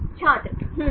छात्र हम्म